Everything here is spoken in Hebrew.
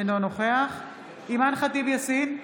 אינו נוכח אימאן ח'טיב יאסין,